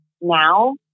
now